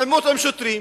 עימות עם שוטרים,